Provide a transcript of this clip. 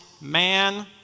Man